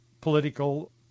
political